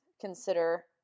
consider